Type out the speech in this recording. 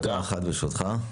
דקה אחת, ברשותך.